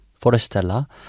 Forestella